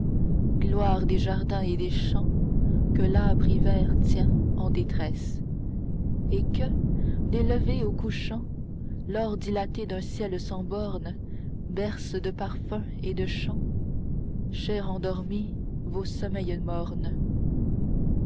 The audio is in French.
gloire des jardins et des champs que l'âpre hiver tient en détresse et que des levers aux couchants l'or dilaté d'un ciel sans bornes berce de parfums et de chants chers endormis vos sommeils mornes